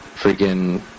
freaking